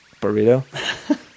burrito